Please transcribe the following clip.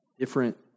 different